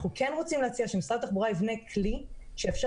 אנחנו כן רוצים להציע שמשרד התחבורה יבנה כלי שיאפשר